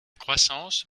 croissance